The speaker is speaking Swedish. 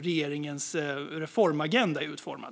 regeringens reformagenda är utformad.